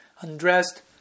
undressed